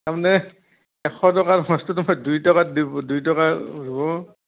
তাৰমানে এশ টকাৰ বস্তুটো দুই টকা দুই টকাত